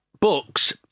Books